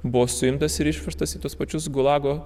buvo suimtas ir išvežtas į tuos pačius gulago